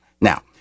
Now